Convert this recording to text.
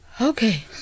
Okay